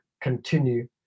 continue